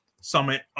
Summit